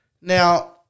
Now